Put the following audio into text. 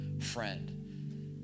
friend